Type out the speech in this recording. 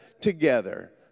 together